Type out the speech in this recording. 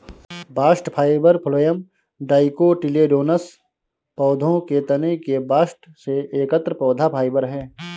bast fibre phloem dicotyledonous पौधों के तने के बास्ट से एकत्र पौधा फाइबर है